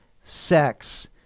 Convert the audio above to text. sex